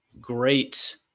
great